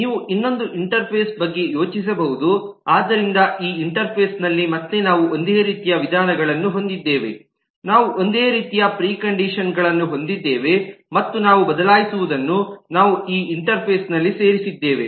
ನೀವು ಇನ್ನೊಂದು ಇಂಟರ್ಫೇಸ್ ಬಗ್ಗೆ ಯೋಚಿಸಬಹುದು ಆದ್ದರಿಂದ ಈ ಇಂಟರ್ಫೇಸ್ ನಲ್ಲಿ ಮತ್ತೆ ನಾವು ಒಂದೇ ರೀತಿಯ ವಿಧಾನಗಳನ್ನು ಹೊಂದಿದ್ದೇವೆ ನಾವು ಒಂದೇ ರೀತಿಯ ಪ್ರಿಕಂಡಿಷನ್ ಗಳನ್ನು ಹೊಂದಿದ್ದೇವೆ ಮತ್ತು ನಾವು ಬದಲಾಯಿಸುವದನ್ನು ನಾವು ಈ ಇಂಟರ್ಫೇಸ್ ನಲ್ಲಿ ಸೇರಿಸಿದ್ದೇವೆ